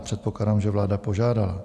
Předpokládám, že vláda požádala.